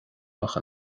ach